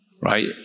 right